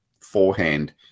forehand